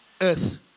earth